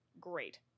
great